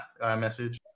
iMessage